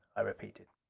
i repeated.